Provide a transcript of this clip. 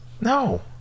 No